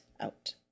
out